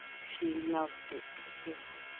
she loved it still.